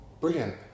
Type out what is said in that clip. brilliant